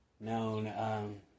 known